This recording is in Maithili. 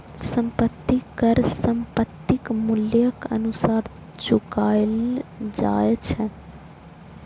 संपत्ति कर संपत्तिक मूल्यक अनुसार चुकाएल जाए छै